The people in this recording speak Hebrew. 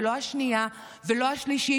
ולא השנייה ולא השלישית,